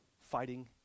fighting